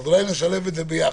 אולי נשלב את זה ביחד.